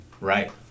right